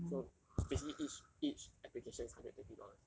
so basically each each application is hundred twenty dollars